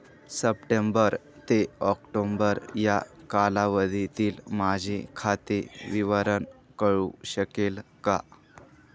September ते October या कालावधीतील माझे खाते विवरण कळू शकेल का?